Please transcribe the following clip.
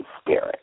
spirit